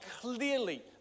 clearly